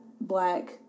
black